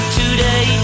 today